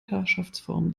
herrschaftsform